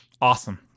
Awesome